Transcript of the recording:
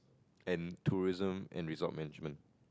and tourism and resort management